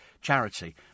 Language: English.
charity